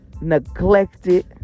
neglected